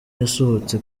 yasohotse